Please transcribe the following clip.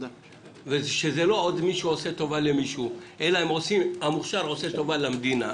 שזה לא עוד מישהו שעושה טובה למישהו אלא מישהו שעושה טובה למדינה,